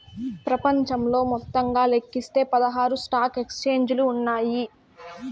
ప్రపంచంలో మొత్తంగా లెక్కిస్తే పదహారు స్టాక్ ఎక్స్చేంజిలు ఉన్నాయి